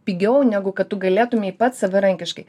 pigiau negu kad tu galėtumei pats savarankiškai